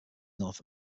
north